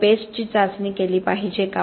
आपण पेस्टची चाचणी केली पाहिजे का